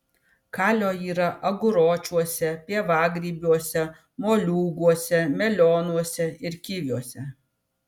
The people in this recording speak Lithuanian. kalio yra aguročiuose pievagrybiuose moliūguose melionuose ir kiviuose